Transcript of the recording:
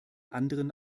anderen